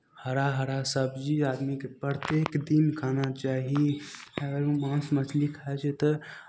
हरा हरा सबजी आदमीकेँ प्रत्येक दिन खाना चाही अगर ओ माँस मछली खाइ छै तऽ